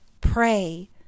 pray